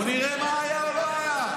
בוא נראה מה היה או לא היה.